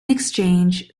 exchange